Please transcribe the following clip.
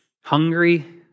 Hungry